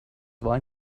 zwar